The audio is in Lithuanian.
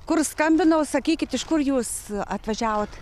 kur skambinau sakykit iš kur jūs atvažiavot